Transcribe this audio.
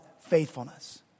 faithfulness